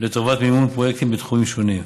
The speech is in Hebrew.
לטובת מימון פרויקטים בתחומים שונים.